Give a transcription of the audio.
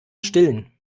stillen